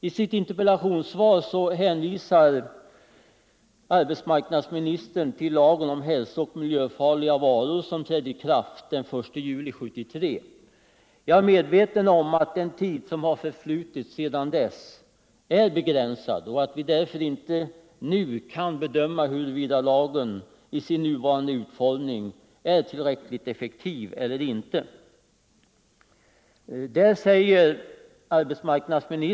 I sitt interpellationssvar hänvisar arbetsmarknadsministern till lagen om hälsooch miljöfarliga varor vilken trädde i kraft den 1 juli 1973. Jag är medveten om att det förflutit en begränsad tid sedan dess och att vi därför inte kan bedöma huruvida lagen i sin nuvarande utformning är tillräckligt effektiv eller inte.